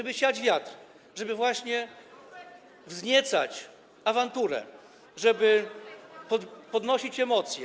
Aby siać wiatr, żeby właśnie wzniecać awanturę, podnosić emocje.